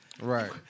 Right